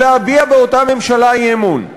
הוא להביע באותה ממשלה אי-אמון.